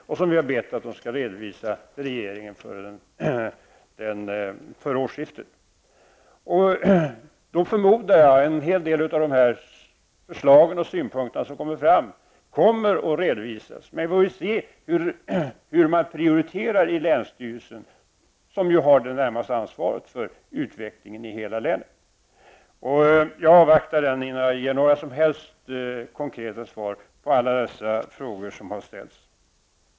Dessa åtgärder har länsstyrelsen blivit ombedd att redovisa för regeringen före årsskiftet. Jag förmodar att de förslag och synpunkter som kommer fram då skall redovisas, och man får också se hur länsstyrelsen prioriterar. Länsstyrelsen har ju det närmaste ansvaret för utvecklingen i hela länet. Jag avvaktar denna redovisning innan jag ger några som helst konkreta svar på alla dessa frågor som har ställts.